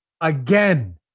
again